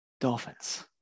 Dolphins